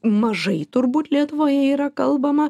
mažai turbūt lietuvoje yra kalbama